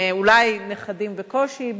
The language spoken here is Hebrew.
אולי נכדים בקושי,